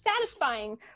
satisfying